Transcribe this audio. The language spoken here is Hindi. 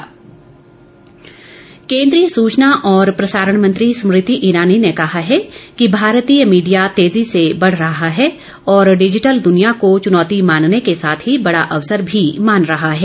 स्मृति ईरानी केन्द्रीय सुचना और प्रसारण मंत्री स्मृति ईरानी ने कहा है कि भारतीय मीडिया तेजी से बढ़ रहा है और डिजिटल दुनिया को चुनौती मानने के साथ ही बड़ा अवसर भी मान रहा है